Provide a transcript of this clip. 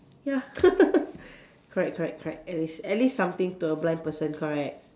ya correct correct correct at least at least something to a blind person correct